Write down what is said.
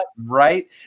right